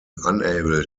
unable